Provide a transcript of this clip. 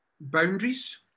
boundaries